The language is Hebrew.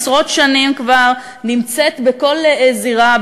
עשרות שנים כבר נמצאת בכל זירה,